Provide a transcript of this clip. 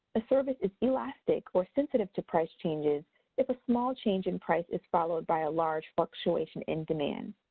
a service is elastic or sensitive to price changes if a small change in price is followed by a large fluctuation in demand.